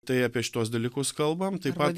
tai apie šituos dalykus kalbam taip pat